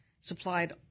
supplied